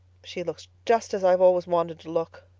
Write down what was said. she looks just as i've always wanted to look,